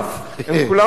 הם כולם דור ת'.